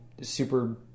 super